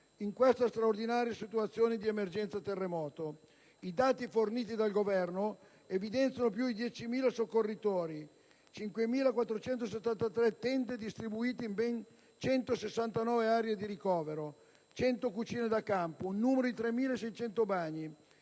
in questa straordinaria situazione di emergenza terremoto. I dati forniti dal Governo evidenziano più di 10.000 soccorritori, 5.473 tende, distribuite in ben 169 aree di ricovero, 100 cucine da campo, 3.600 bagni.